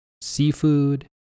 seafood